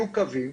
יהיו קווים,